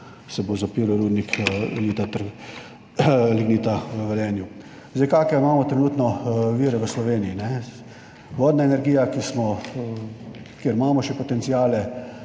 se bo zapiral rudnik lignita v Velenju. Kakšne imamo trenutno vire v Sloveniji? Vodna energija – tu še imamo potenciale,